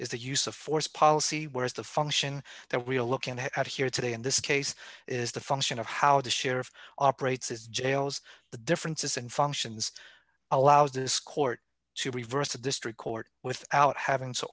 is the use of force policy whereas the function that we're looking at here today in this case is the function of how the sheriff operates its jails the differences and functions allows this court to reverse a district court without having to